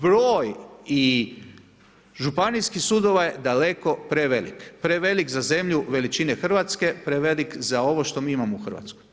Broj županijskih sudova je daleko prevelik, prevelik za zemlju veličine Hrvatske, prevelik za ovo što mi imamo u Hrvatskoj.